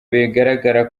bigaragara